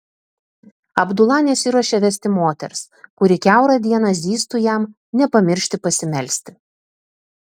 abdula nesiruošė vesti moters kuri kiaurą dieną zyztų jam nepamiršti pasimelsti